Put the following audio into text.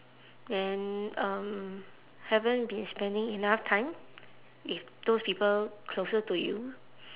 then um haven't been spending enough time with those people closer to you